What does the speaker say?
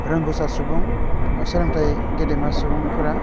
रोंगौसा सुबुं सोलोंथाइ गेदेमा सुबुंफोरा